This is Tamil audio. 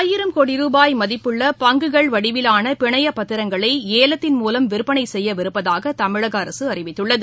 ஆயிரம் கோடி ரூபாய் மதிப்புள்ள பங்குகள் வடிவிலான பிணையப் பத்திரங்களை ஏலத்தின் மூலம் விற்பனை செய்யவிருப்பதாக தமிழக அரசு அறிவித்துள்ளது